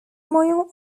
moją